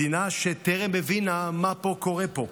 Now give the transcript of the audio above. מדינה שטרם הבינה מה פה קורה פה.